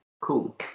Cool